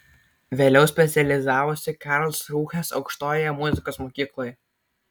vėliau specializavosi karlsrūhės aukštojoje muzikos mokykloje